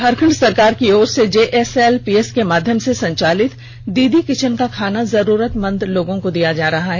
झारखंड सरकार की ओर से जेएसएलपीएस के माध्यम से संचालित दीदी किचन का खाना जरूरतमंद लोगों को दिया जा रहा है